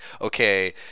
okay